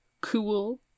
cool